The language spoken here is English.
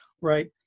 right